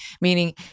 meaning